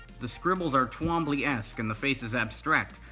the scribbles are twombley-esque and the face is abstract,